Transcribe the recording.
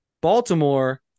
Baltimore